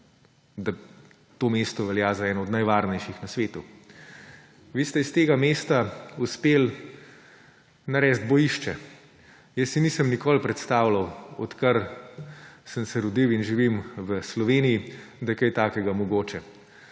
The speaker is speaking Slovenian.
da to mesto velja za eno od najvarnejših na svetu. Vi ste iz tega mesta uspeli narediti bojišče. Jaz si nisem nikoli predstavljal, odkar sem se rodil in živim v Sloveniji, da je kaj takega mogoče.